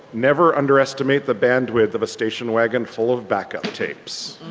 never underestimate the bandwidth of a station wagon full of backup tapes